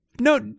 No